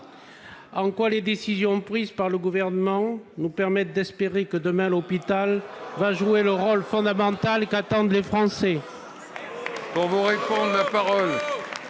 En quoi les décisions prises par le Gouvernement nous permettent-elles d'espérer que, demain, l'hôpital va jouer le rôle fondamental qu'attendent les Français ?